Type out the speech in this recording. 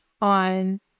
on